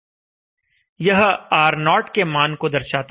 यह R0 के मान को दर्शाता है